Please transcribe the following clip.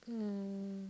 um